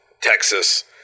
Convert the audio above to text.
Texas